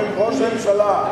ראש הממשלה,